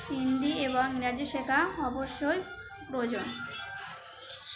হিন্দি এবং ইংরাজি শেখা অবশ্যই প্রয়োজন